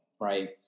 Right